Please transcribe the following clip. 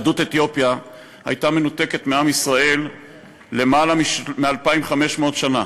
יהדות אתיופיה הייתה מנותקת מעם ישראל למעלה מ-2,500 שנה,